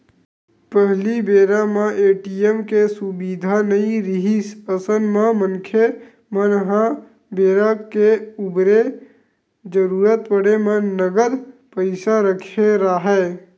पहिली बेरा म ए.टी.एम के सुबिधा नइ रिहिस अइसन म मनखे मन ह बेरा के उबेरा जरुरत पड़े म नगद पइसा रखे राहय